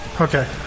Okay